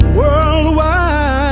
worldwide